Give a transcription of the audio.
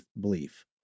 belief